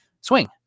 swing